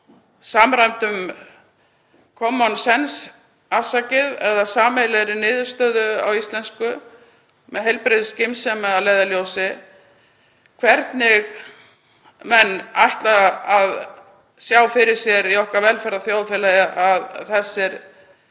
samræmdum „common sense“, afsakið, eða sameiginlegri niðurstöðu á íslensku, með heilbrigða skynsemi að leiðarljósi, hvernig menn sjá fyrir sér í okkar velferðarþjóðfélagi að þessir